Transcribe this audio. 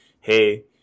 Hey